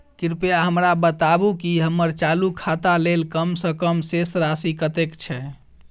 कृपया हमरा बताबू की हम्मर चालू खाता लेल कम सँ कम शेष राशि कतेक छै?